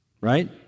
right